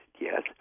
Yes